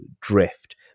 drift